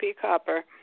Copper